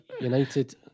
United